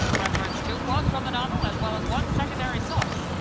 reference two quotes from the novel as well as one secondary source.